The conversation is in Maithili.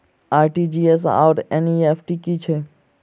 आर.टी.जी.एस आओर एन.ई.एफ.टी की छैक?